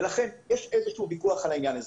ולכן יש איזשהו ויכוח על העניין הזה.